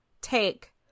take